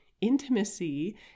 intimacy